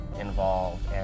involved